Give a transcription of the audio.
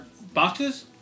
Boxes